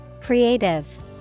Creative